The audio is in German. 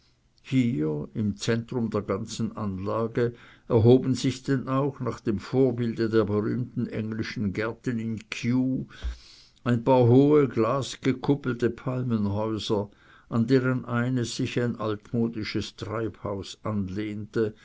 hier im zentrum der ganzen anlage erhoben sich denn auch nach dem vorbilde der berühmten englischen gärten in kew ein paar hohe glasgekuppelte palmenhäuser an deren eines sich ein altmodisches treibhaus anlehnte